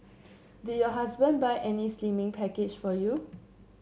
did your husband buy any slimming package for you